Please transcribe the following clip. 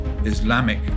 Islamic